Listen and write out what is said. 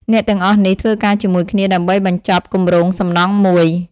អ្នកទាំងអស់នេះធ្វើការជាមួយគ្នាដើម្បីបញ្ចប់គម្រោងសំណង់មួយ។